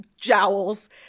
jowls